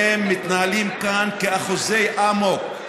הם מתנהלים כאן כאחוזי אמוק,